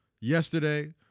yesterday